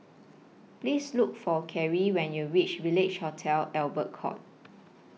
Please Look For Cari when YOU REACH Village Hotel Albert Court